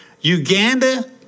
Uganda